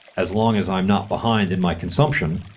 as long as i'm not behind in my consumption,